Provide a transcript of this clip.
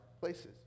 places